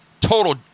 total